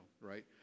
right